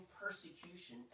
persecution